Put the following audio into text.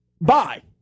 bye